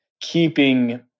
keeping